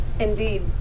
Indeed